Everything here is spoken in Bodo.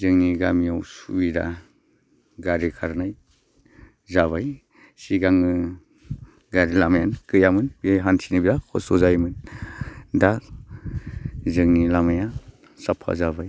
जोंनि गामियाव सुबिदा गारि खारनाय जाबाय सिगाङो गारि लामायानो गैयामोन हान्थिनो खस्थ' जायोमोन दा जोंनि लामाया साफा जाबाय